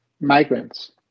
migrants